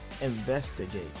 Investigate